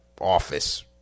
office